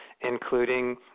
including